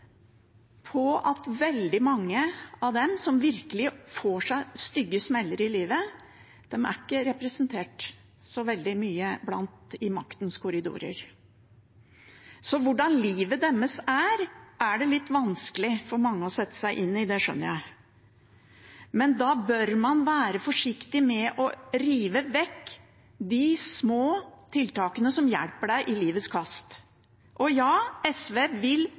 på at veldig mange av dem som virkelig får stygge smeller i livet, ikke er så veldig godt representert i maktens korridorer. Hvordan livet deres er, er det vanskelig for mange å sette seg inn i – det skjønner jeg – men da bør man være forsiktig med å rive vekk de små tiltakene som hjelper en i livets kast. Og ja, SV vil